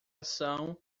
ação